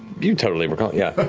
you totally recall, yeah.